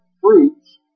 fruits